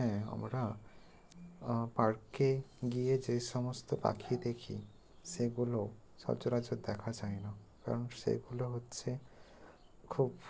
হ্যাঁ আমরা পার্কে গিয়ে যে সমস্ত পাখি দেখি সেগুলো সচরাচর দেখা যায় না কারণ সেগুলো হচ্ছে খুব